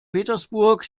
petersburg